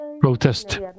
protest